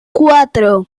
cuatro